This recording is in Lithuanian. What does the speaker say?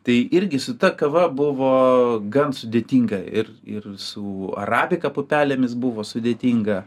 tai irgi su ta kava buvo gan sudėtinga ir ir su arabika pupelėmis buvo sudėtinga